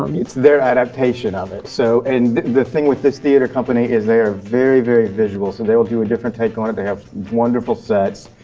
um it's their adaptation of it. so and the thing with this theater company is they are very, very visual. so they'll do a different take on it, they have wonderful sets.